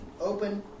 Open